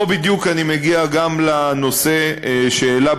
פה בדיוק אני מגיע גם לנושא שהעלה,